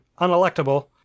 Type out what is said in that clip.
unelectable